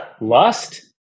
lust